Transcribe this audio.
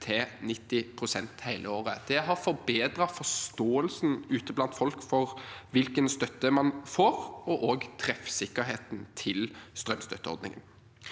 til 90 pst. hele året. Det har forbedret forståelsen ute blant folk for hvilken støtte man får, og treffsikkerheten til strømstøtteordningen.